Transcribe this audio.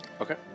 Okay